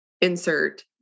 insert